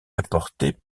apportée